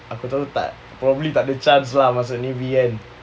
aku tahu tak probably tak ada chance lah masuk navy kan